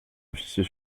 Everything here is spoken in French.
officier